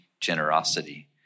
generosity